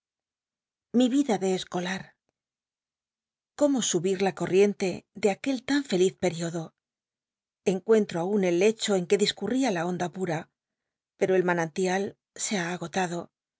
lii vida de escolar cómo subit la coitienle de actuel tan feliz periodo encuentro aun el lecho en que discurría la onda pura pero el manantial se ha agotado